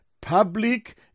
public